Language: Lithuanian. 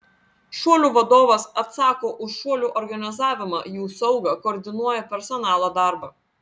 šuolių vadovas atsako už šuolių organizavimą jų saugą koordinuoja personalo darbą